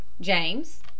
James